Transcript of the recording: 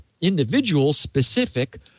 individual-specific